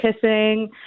kissing